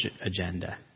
agenda